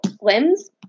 limbs